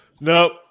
Nope